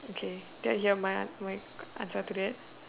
okay that's ya my my answer to that